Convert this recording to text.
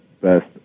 best